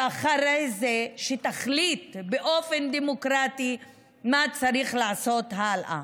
ואחרי זה שתחליט באופן דמוקרטי מה צריך לעשות הלאה.